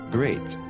Great